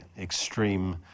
extreme